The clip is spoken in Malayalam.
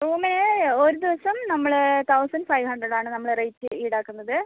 റൂമ് ഒരു ദിവസം നമ്മൾ തൗസൻഡ് ഫൈവ് ഹൺഡ്രഡ് ആണ് നമ്മൾ റേറ്റ് ഈടാക്കുന്നത്